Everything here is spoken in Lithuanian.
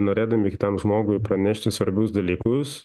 norėdami kitam žmogui pranešti svarbius dalykus